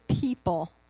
people